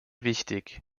wichtig